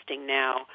now